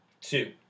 two